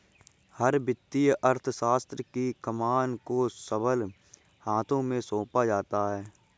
हर वित्तीय अर्थशास्त्र की कमान को सबल हाथों में सौंपा जाता है